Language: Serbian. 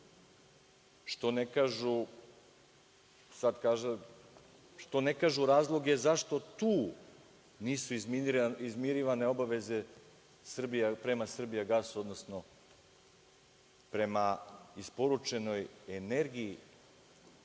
Što ne kažu razloge zašto tu nisu izmirivane obaveze prema „Srbijagasu“, odnosno prema isporučenoj energiji?